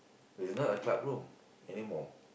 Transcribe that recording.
it's not a club room anymore